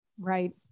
Right